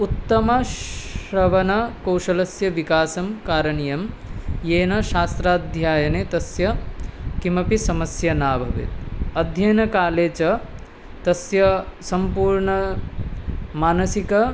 उत्तम श्रवणकौशलस्य विकासः कारणीयः येन शास्त्राध्ययने तस्य किमपि समस्या न भवेत् अध्ययनकाले च तस्य सम्पूर्णमानसिकी